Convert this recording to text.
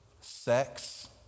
sex